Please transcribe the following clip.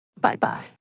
Bye-bye